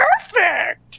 perfect